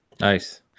Nice